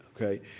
okay